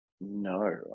no